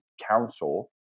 Council